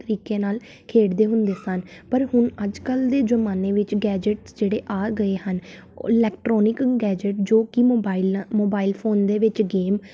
ਤਰੀਕੇ ਨਾਲ ਖੇਡਦੇ ਹੁੰਦੇ ਸਨ ਪਰ ਹੁਣ ਅੱਜ ਕੱਲ੍ਹ ਦੇ ਜ਼ਮਾਨੇ ਵਿੱਚ ਗੈਜਟਸ ਜਿਹੜੇ ਆ ਗਏ ਹਨ ਉਹ ਇਲੈਕਟਰੋਨਿਕ ਗੈਜਟ ਜੋ ਕਿ ਮੋਬਾਈਲਾਂ ਮੋਬਾਈਲ ਫੋਨ ਦੇ ਵਿੱਚ ਗੇਮ